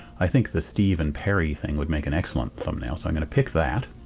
i think the steve and perry thing would make an excellent thumbnail so i'm going to pick that.